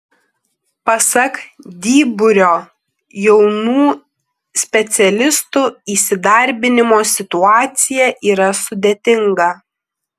pasak dyburio jaunų specialistų įsidarbinimo situacija yra sudėtinga